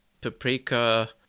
Paprika